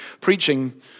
preaching